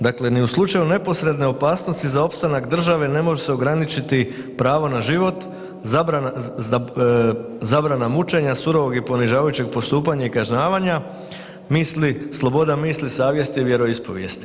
Dakle ni u slučaju neposredne opasnosti za opstanak države ne može se ograničiti pravo na život, zabrana mučenja, surovog i ponižavajućeg postupanja i kažnjavanja, misli, sloboda misli, savjesti i vjeroispovijesti.